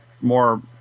more